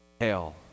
Hell